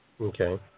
Okay